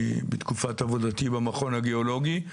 מתקופת עבודתי במכון הגיאולוגי.